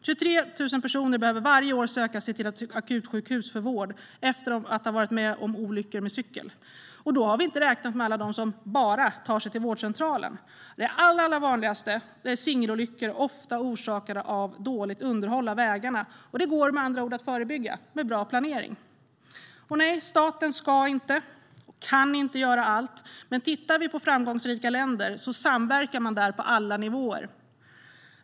23 000 personer behöver varje år söka sig till ett akutsjukhus för vård efter att ha varit med om en olycka med cykel. Då har vi inte räknat alla de som så att säga bara tar sig till vårdcentralen. Det allra vanligaste är singelolyckor som ofta har orsakats av dåligt underhåll av vägarna. Det går med andra ord att förebygga med bra planering. Nej, staten ska inte och kan inte göra allt. Men om vi tittar på framgångsrika länder kan vi se att man samverkar på alla nivåer där.